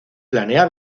planea